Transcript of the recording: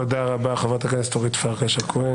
תודה רבה, חברת הכנסת אורית פרקש הכהן.